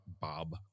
Bob